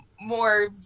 more